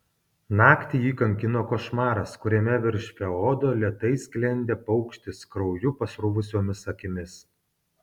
naktį jį kankino košmaras kuriame virš feodo lėtai sklendė paukštis krauju pasruvusiomis akimis